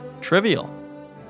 trivial